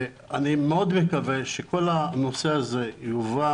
אני מאוד מקווה שכל הנושא הזה יובא